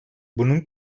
bunun